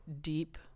deep